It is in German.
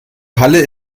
halle